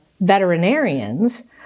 veterinarians